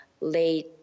Late